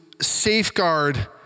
safeguard